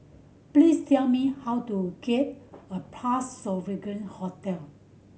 please tell me how to get a Parc Sovereign Hotel